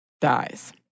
dies